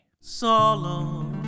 Solo